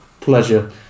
pleasure